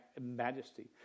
majesty